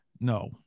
No